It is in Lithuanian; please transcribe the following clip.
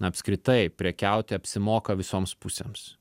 apskritai prekiauti apsimoka visoms pusėms